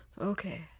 Okay